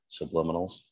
subliminals